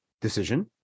decision